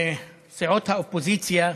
סיעות האופוזיציה,